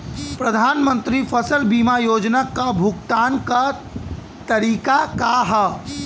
प्रधानमंत्री फसल बीमा योजना क भुगतान क तरीकाका ह?